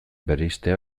bereiztea